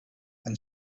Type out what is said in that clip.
and